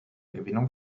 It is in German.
gewinnung